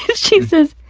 she says,